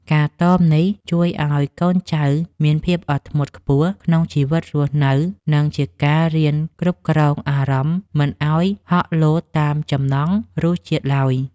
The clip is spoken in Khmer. ការតមនេះជួយឱ្យកូនចៅមានភាពអត់ធ្មត់ខ្ពស់ក្នុងជីវិតរស់នៅ និង ជាការរៀនគ្រប់គ្រងអារម្មណ៍មិនឱ្យហក់លោតតាមចំណង់រសជាតិឡើយ។